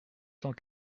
cent